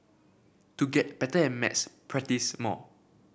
to get better at maths practise more